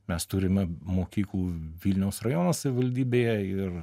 mes turime mokyklų vilniaus rajono savivaldybėje ir